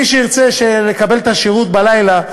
מי שירצה לקבל את השירות בלילה,